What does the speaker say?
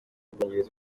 bwongereza